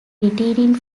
retiring